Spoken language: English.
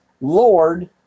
Lord